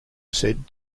said